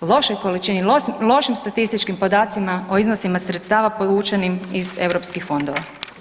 lošoj količini, lošim statističkim podacima o iznosima sredstava povučenim iz EU fondova.